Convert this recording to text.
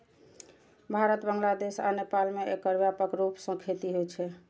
भारत, बांग्लादेश आ नेपाल मे एकर व्यापक रूप सं खेती होइ छै